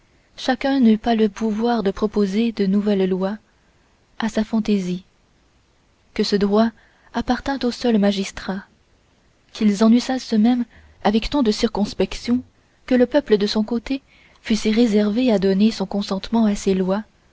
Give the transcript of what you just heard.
chacun n'eût pas le pouvoir de proposer de nouvelles lois à sa fantaisie que ce droit appartînt aux seuls magistrats qu'ils en usassent même avec tant de circonspection que le peuple de son côté fût si réservé à donner son consentement à ces lois